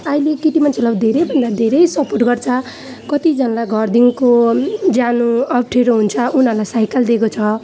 अहिले केटीमान्छेलाई अब धेरै भन्दा धेरै सपोर्ट गर्छ कतिजनालाई घरदेखिको जानु अप्ठ्यारो हुन्छ उनीहरूलाई साइकल दिएको छ